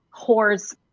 whores